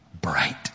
bright